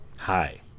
Hi